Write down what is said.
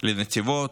לנתיבות,